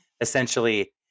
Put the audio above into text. essentially